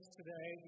today